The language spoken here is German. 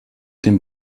den